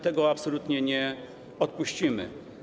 Tego absolutnie nie odpuścimy.